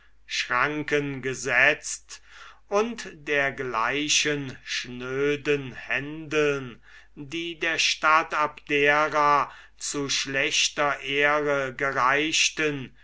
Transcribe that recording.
gesetz eingeschränkt und dergleichen händeln die der stadt abdera zu schlechter ehre gereichten